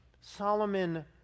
Solomon